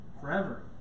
forever